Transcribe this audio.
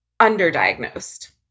underdiagnosed